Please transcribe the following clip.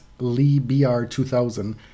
LeeBR2000